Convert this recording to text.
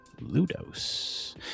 Ludos